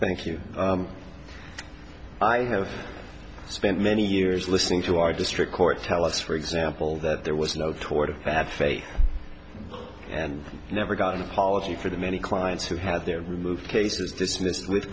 thank you i have spent many years listening to our district court tell us for example that there was no toward bad faith and never got an apology for the many clients who have their removed cases